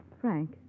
Frank